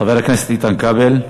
חבר הכנסת איתן כבל.